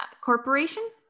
Corporation